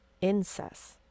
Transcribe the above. Incest